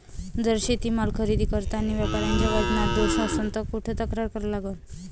जर शेतीमाल खरेदी करतांनी व्यापाऱ्याच्या वजनात दोष असन त कुठ तक्रार करा लागन?